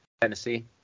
Tennessee